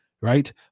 right